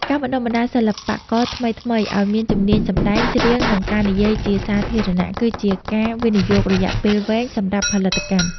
ការបណ្តុះបណ្តាលសិល្បករថ្មីៗឱ្យមានជំនាញសម្ដែង ច្រៀង និងការនិយាយជាសាធារណៈ គឺជាការវិនិយោគរយៈពេលវែងសម្រាប់ផលិតកម្ម។